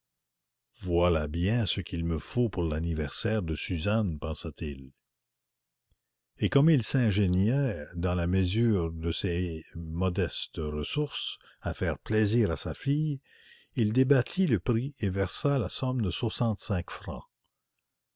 voilà bien ce qu'il me faut pour l'anniversaire de suzanne pensa-t-il et comme il s'ingéniait dans la mesure de ses modestes ressources à faire plaisir à sa fille il débattit le prix et versa la somme de soixante-cinq francs